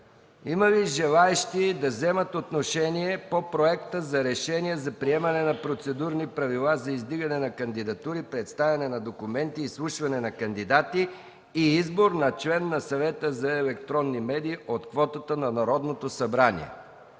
Има ли желаещи да вземат отношение по Проекта за решение за приемане на Процедурни правила за издигане на кандидатури, представяне на документи, изслушване на кандидати и избор на член на Съвета за електронни медии от квотата на Народното събрание?